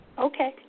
Okay